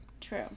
true